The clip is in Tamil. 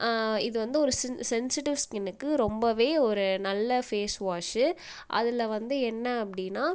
இது வந்து ஒரு சென்சிட்டிவ் ஸ்கின்னுக்கு ரொம்பவே ஒரு நல்ல ஃபேஸ் வாஷு அதில் வந்து என்ன அப்படின்னா